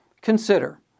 Consider